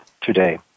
today